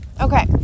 okay